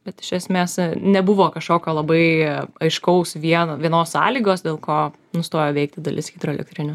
bet iš esmės nebuvo kažkokio labai aiškaus vieno vienos sąlygos dėl ko nustojo veikti dalis hidroelektrinių